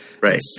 right